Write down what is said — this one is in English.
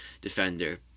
defender